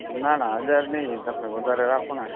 ના ના હજાર નહીં તમે વધારે રાખો ને